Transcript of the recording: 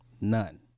None